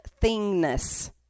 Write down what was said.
thingness